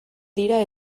dira